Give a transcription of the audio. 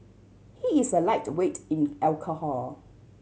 he is a lightweight in alcohol